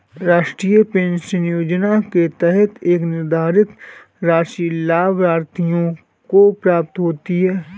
राष्ट्रीय पेंशन योजना के तहत एक निर्धारित राशि लाभार्थियों को प्राप्त होती है